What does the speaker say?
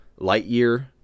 Lightyear